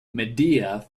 medea